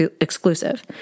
exclusive